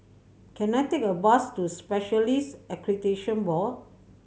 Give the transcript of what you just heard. can I take a bus to Specialists Accreditation Board